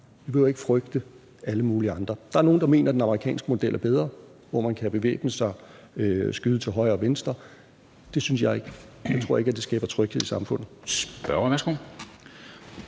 Vi behøver ikke frygte alle mulige andre. Der er nogle, der mener, at den amerikanske model er bedre, altså hvor man kan bevæbne sig og skyde til højre og venstre. Det synes jeg ikke; jeg tror ikke, at det skaber tryghed i samfundet. Kl.